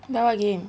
buy what game